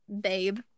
babe